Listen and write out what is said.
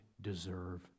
deserve